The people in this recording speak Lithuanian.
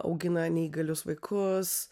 augina neįgalius vaikus